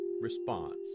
response